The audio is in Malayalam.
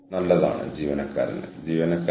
എന്നിട്ട് നിങ്ങൾക്ക് ഒരു തീരുമാനം എടുക്കാം